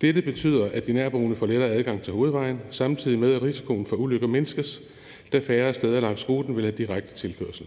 Dette betyder, at de nærboende får lettere adgang til hovedvejen, samtidig med at risikoen for ulykker mindskes, da færre steder langs ruten vil have direkte tilkørsel.